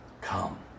come